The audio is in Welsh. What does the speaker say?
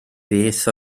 beth